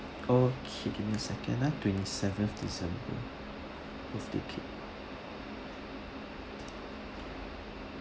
okay give me a second ah twenty seventh december birthday cake